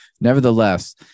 Nevertheless